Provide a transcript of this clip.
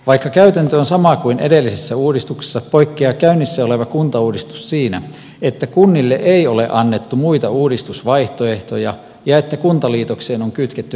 vaikka käytäntö on sama kuin edellisessä uudistuksessa poikkeaa käynnissä oleva kuntauudistus siinä että kunnille ei ole annettu muita uudistusvaihtoehtoja ja että kuntaliitokseen on kytketty velvoittavia elementtejä